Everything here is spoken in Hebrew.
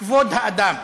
כבוד האדם.